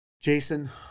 Jason